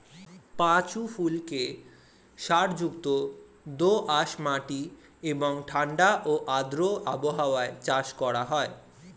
পাঁচু ফুলকে সারযুক্ত দোআঁশ মাটি এবং ঠাণ্ডা ও আর্দ্র আবহাওয়ায় চাষ করা হয়